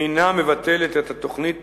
אינה מבטלת את התוכנית